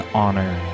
honor